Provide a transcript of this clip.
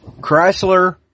Chrysler